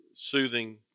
soothing